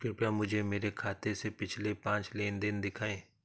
कृपया मुझे मेरे खाते से पिछले पांच लेन देन दिखाएं